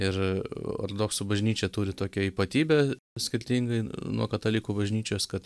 ir ortodoksų bažnyčia turi tokią ypatybę skirtingai nuo katalikų bažnyčios kad